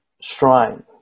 shrine